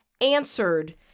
answered